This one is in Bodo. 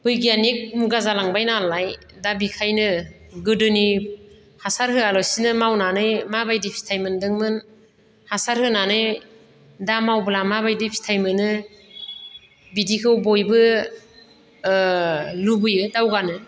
बिगियानिक मुगा जालांबाय नालाय दा बेनिखायनो गोदोनि हासार होआलासिनो मावनानै माबायदि फिथाय मोनदोंमोन हासार होनानै दा मावोब्ला माबायदि फिथाय मोनो बिदिखौ बयबो लुबैयो दावगानो